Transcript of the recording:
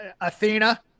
Athena